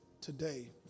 today